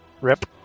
Rip